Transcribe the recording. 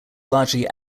largely